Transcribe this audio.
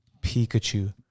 Pikachu